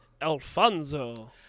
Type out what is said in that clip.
Alfonso